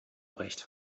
recht